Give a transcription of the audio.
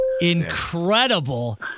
Incredible